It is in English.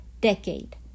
decade